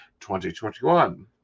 2021